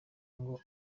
ngo